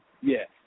yes